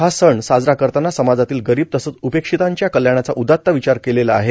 हा सण साजरा करताना समाजातील गरीब तसंच उपेक्षितांच्या कल्याणाचा उदात्त विचार केलेला आहे